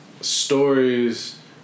stories